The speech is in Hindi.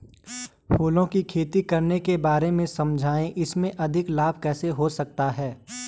फूलों की खेती करने के बारे में समझाइये इसमें अधिक लाभ कैसे हो सकता है?